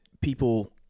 people